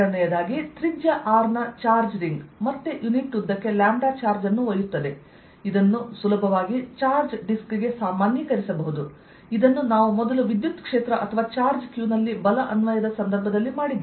2 ತ್ರಿಜ್ಯ r ನ charge ring ಮತ್ತೆ ಯುನಿಟ್ ಉದ್ದಕ್ಕೆ ಲ್ಯಾಂಬ್ಡಾಚಾರ್ಜ್ ಅನ್ನು ಒಯ್ಯುತ್ತದೆ ಇದನ್ನು ಸುಲಭವಾಗಿ ಚಾರ್ಜ್ ಡಿಸ್ಕ್ ಗೆ ಸಾಮಾನ್ಯೀಕರಿಸಬಹುದು ಇದನ್ನು ನಾವು ಮೊದಲು ವಿದ್ಯುತ್ ಕ್ಷೇತ್ರ ಅಥವಾ ಚಾರ್ಜ್ q ನಲ್ಲಿ ಬಲ ಅನ್ವಯದ ಸಂದರ್ಭದಲ್ಲಿ ಮಾಡಿದ್ದೇವೆ